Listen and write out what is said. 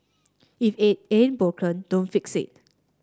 if it ain't broken don't fix it